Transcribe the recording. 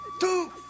Two